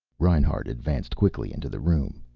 reinhart advanced quickly into the room.